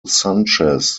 sanchez